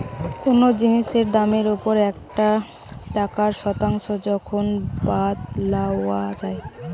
কোনো জিনিসের দামের ওপর একটা টাকার শতাংশ যখন বাদ লওয়া যাই